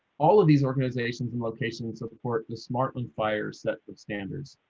all of these organizations and location support the smart one fire set of standards.